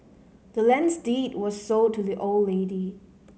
the land's deed was sold to the old lady